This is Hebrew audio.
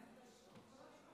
היושב-ראש,